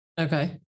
Okay